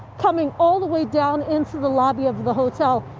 coming all the way down into the lobby of the hotel.